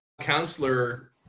counselor